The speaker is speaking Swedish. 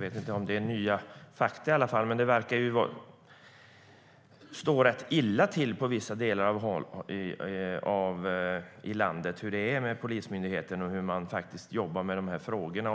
något som kanske är nya fakta. Det verkar stå rätt illa till i vissa delar av landet, hur det är med polismyndigheten och hur man jobbar med de här frågorna.